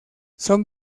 son